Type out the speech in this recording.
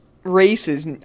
races